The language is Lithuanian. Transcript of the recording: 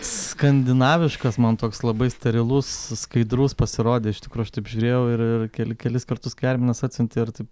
skandinaviškas man toks labai sterilus skaidrus pasirodė iš tikrų aš taip žiūrėjau ir ir kelis kartus kai arminas atsiuntė ir taip